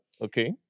Okay